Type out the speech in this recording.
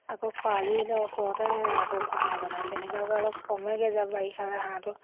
আকৌ খৰালি এতিয়া ওচৰতে ৰাখোঁ ঘেৰা বনাই তেনেকুৱাকৈ অলপ কমেগৈ যে বাৰিষালৈ হাঁহটো